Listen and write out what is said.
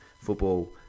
football